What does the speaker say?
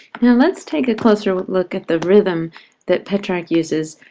now let's take a closer look at the rhythm that petrarch uses.